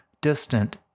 distant